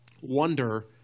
wonder